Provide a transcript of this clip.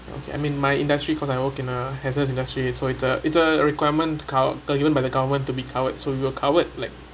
okay I mean my industry because I work in a hazard industry so it's a it's a requirement cov~ given by the government to be covered so we're covered like